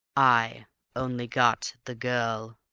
i only got the girl.